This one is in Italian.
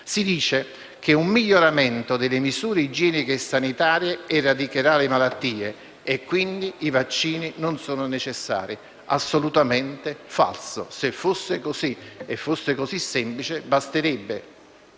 Si dice che un miglioramento delle misure igieniche e sanitarie eradicherà le malattie e quindi che i vaccini non sono necessari. Assolutamente falso; se fosse così semplice basterebbe